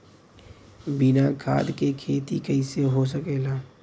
बिना खाद के खेती कइसे हो सकेला?